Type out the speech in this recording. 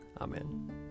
Amen